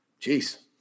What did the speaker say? Jeez